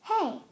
Hey